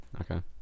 Okay